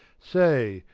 say,